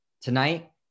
Tonight